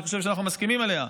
ואני חושב שאנחנו מסכימים עליה.